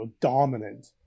dominant